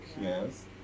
yes